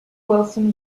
wilson